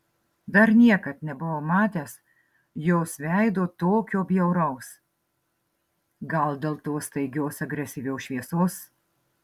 dar niekad nebuvau matęs jos veido tokio bjauraus gal dėl tos staigios agresyvios šviesos